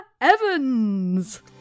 evans